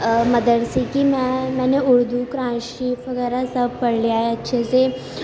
مدرسے کی میں میں نے اردو قرآن شریف وغیرہ سب پڑھ لیا ہے اچھے سے